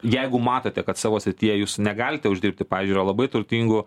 jeigu matote kad savo srityje jūs negalite uždirbti pavyzdžiui yra labai turtingų